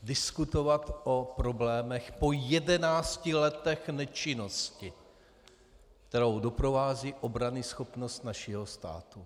Diskutovat o problémech po jedenácti letech nečinnosti, kterou doprovází obranyschopnost našeho státu.